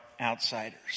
outsiders